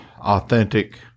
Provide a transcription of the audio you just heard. authentic